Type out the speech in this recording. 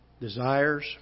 desires